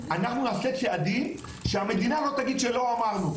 אנחנו נעשה צעדים שהמדינה לא תגיד שלא אמרנו.